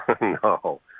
No